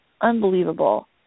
unbelievable